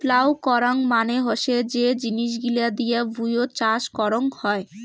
plough করাং মানে হসে যে জিনিস গিলা দিয়ে ভুঁইয়ত চাষ করং হই